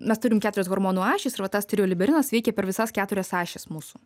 mes turim keturias hormonų ašis ir vat tas tirioliberinas veikia per visas keturias ašis mūsų